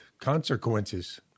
consequences